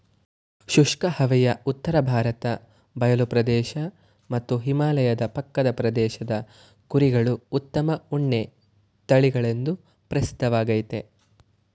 ಶುಷ್ಕ ಹವೆಯ ಉತ್ತರ ಭಾರತ ಬಯಲು ಪ್ರದೇಶ ಮತ್ತು ಹಿಮಾಲಯ ಪಕ್ಕದ ಪ್ರದೇಶದ ಕುರಿಗಳು ಉತ್ತಮ ಉಣ್ಣೆ ತಳಿಗಳೆಂದು ಪ್ರಸಿದ್ಧವಾಗಯ್ತೆ